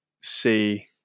see